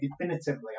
definitively